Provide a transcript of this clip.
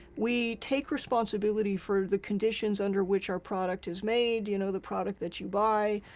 we take responsibility for the conditions under which our product is made, you know, the product that you buy.